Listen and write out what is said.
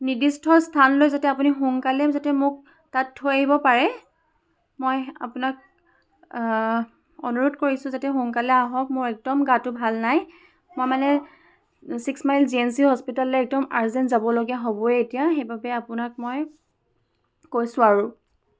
নিৰ্দিষ্ট স্থানলৈ যাতে আপুনি সোনকালে যাতে মোক তাত থৈ আহিব পাৰে মই আপোনাক অনুৰোধ কৰিছোঁ যাতে সোনকালে আহক মোৰ একদম গাটো ভাল নাই মই মানে six mile G M C হস্পিটেললৈ একদম আৰ্জেণ্ট যাবলগীয়া হ'বই এতিয়া সেইবাবে আপোনাক মই কৈছোঁ আৰু